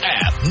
app